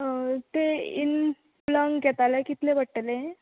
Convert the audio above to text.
तें प्लंक घेता जाल्यार कितले पडटले